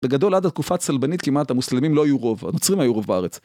בגדול עד התקופה הצלבנית כמעט המוסלמים לא היו רוב, הנוצרים היו רוב בארץ.